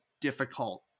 difficult